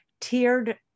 tiered